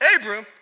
Abram